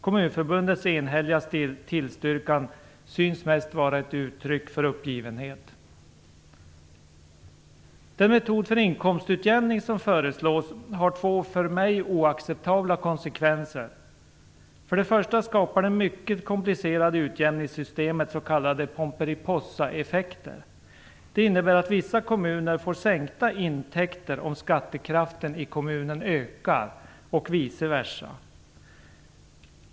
Kommunförbundets enhälliga tillstyrkan synes mest vara ett uttryck för uppgivenhet. Den metod för inkomstutjämning som föreslås har två för mig oacceptabla konsekvenser. För det första skapar det mycket komplicerade utjämningssystemet s.k. pomperipossaeffekter. Det innebär att vissa kommuner får sänkta intäkter om skattekraften i kommunen ökar och vice versa.